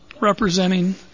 representing